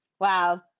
wow